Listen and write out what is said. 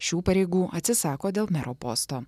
šių pareigų atsisako dėl mero posto